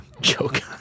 Joke